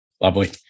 Lovely